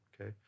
okay